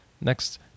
next